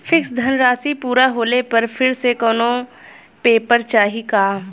Fix धनराशी पूरा होले पर फिर से कौनो पेपर चाही का?